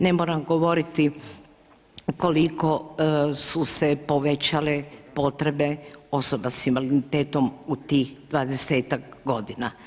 Ne moram govoriti koliko su se povećale potrebe osobe s invaliditetom u tih 20-tak godina.